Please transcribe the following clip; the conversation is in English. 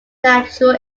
natural